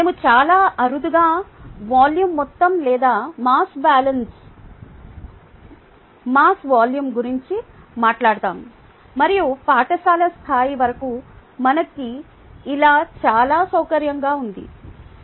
మేము చాలా అరుదుగా వాల్యూమ్ మొత్తం లేదా మాస్ వాల్యూమ్ గురించి మాట్లాడుతాము మరియు పాఠశాల స్థాయి వరకు మనకి ఇలా చాలా సౌకర్యంగా ఉoది